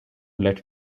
led